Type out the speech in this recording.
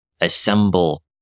assemble